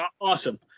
Awesome